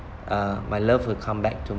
uh my love will come back to